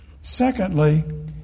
Secondly